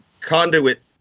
conduit